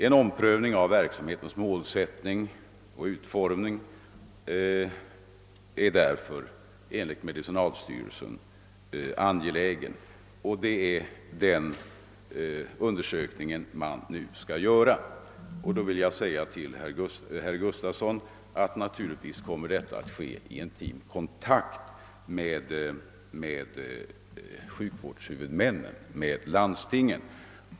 En undersökning av verksamhetens målsättning och utformning är därför enligt medicinalstyrelsen angelägen, och det är den undersökningen man nu skall göra. I detta sammanhang vill jag säga till herr Gustavsson att detta naturligtvis kommer att ske i intim kontakt med sjukvårdshuvudmännen, landstingen.